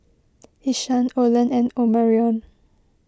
Ishaan Olen and Omarion